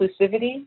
inclusivity